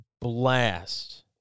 blast